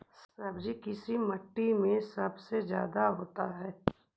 सब्जी किस माटी में सबसे ज्यादा होता है?